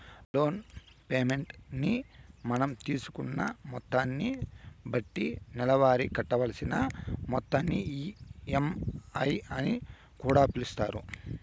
loan payment ని మనం తీసుకున్న మొత్తాన్ని బట్టి నెలవారీ కట్టవలసిన మొత్తాన్ని ఈ.ఎం.ఐ అని కూడా పిలుస్తారు